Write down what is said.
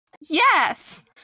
Yes